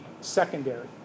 secondary